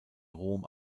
rom